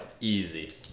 easy